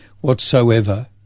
whatsoever